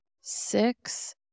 six